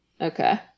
Okay